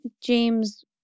James